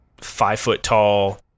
five-foot-tall